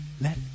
let